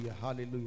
Hallelujah